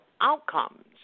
outcomes